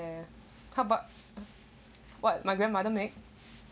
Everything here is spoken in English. yeah how about what my grandmother make